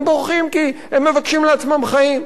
הם בורחים כי הם מבקשים לעצמם חיים,